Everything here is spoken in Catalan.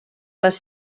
les